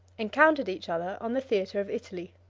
encountered each other on the theatre of italy.